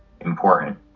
important